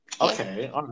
Okay